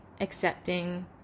accepting